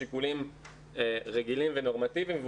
שיקולים רגילים ונורמטיביים.